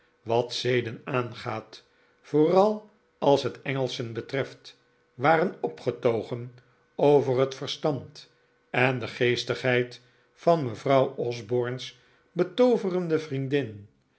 wat zeden aangaat vooral als het engelschen betreft waren opgetogen over het verstand en de geestigheid van mevrouw osborne's betooverende vriendin